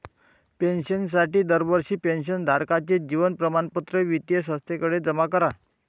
पेन्शनसाठी दरवर्षी पेन्शन धारकाचे जीवन प्रमाणपत्र वित्तीय संस्थेकडे जमा करा